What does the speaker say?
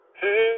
Hey